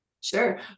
sure